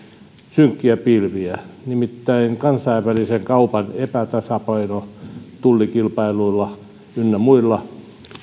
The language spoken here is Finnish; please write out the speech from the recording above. synkkiä pilviä nimittäin kansainvälisen kaupan epätasapaino tullikilpailuilla ynnä muilla